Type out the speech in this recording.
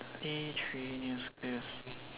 E three new skills